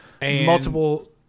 Multiple